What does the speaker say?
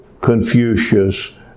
Confucius